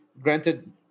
granted